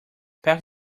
pack